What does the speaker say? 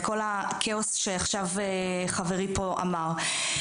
את כל הכאוס שחברי אמר פה עכשיו.